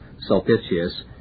Sulpicius